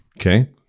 okay